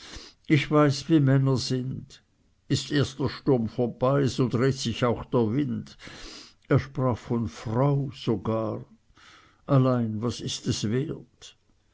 ich weiß wie männer sind ist erst der sturm vorbei so dreht sich auch der wind er sprach von frau sogar allein was ist es wert